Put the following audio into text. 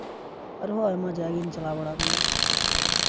ᱟᱨᱦᱚᱸ ᱟᱭᱢᱟ ᱡᱟᱭᱜᱟᱧ ᱪᱟᱞᱟ ᱵᱟᱲᱟᱣ ᱠᱟᱱᱟ